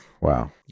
wow